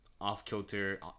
off-kilter